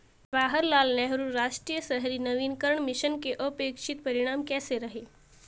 जवाहरलाल नेहरू राष्ट्रीय शहरी नवीकरण मिशन के अपेक्षित परिणाम कैसे रहे?